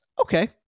okay